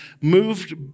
moved